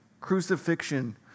crucifixion